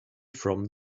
from